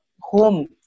home